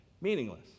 meaningless